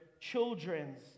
children's